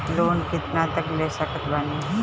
Loan कितना तक ले सकत बानी?